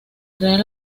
real